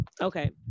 okay